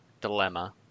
dilemma